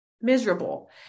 miserable